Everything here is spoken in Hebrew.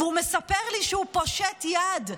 והוא מספר לי שהוא פושט יד.